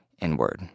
inward